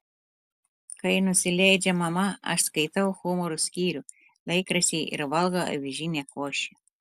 kai nusileidžia mama aš skaitau humoro skyrių laikraštyje ir valgau avižinę košę